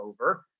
over